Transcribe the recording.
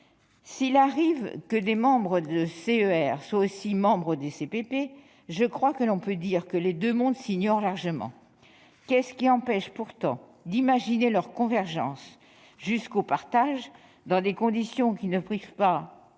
S'il arrive que des membres de CER soient aussi membres de CPP, on peut dire, je crois, que les deux mondes s'ignorent largement. Qu'est-ce qui empêche pourtant d'imaginer leur convergence, jusqu'au partage, dans des conditions ne privant pas